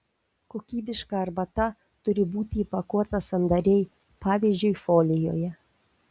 kokybiška arbata turi būti įpakuota sandariai pavyzdžiui folijoje